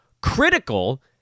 critical